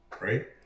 right